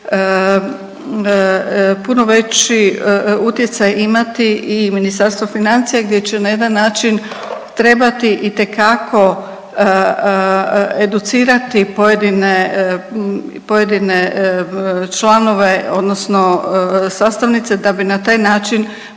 puno veći utjecaj imati i Ministarstvo financija gdje će na jedan način trebati itekako educirati pojedine članove odnosno sastavnice da bi na taj način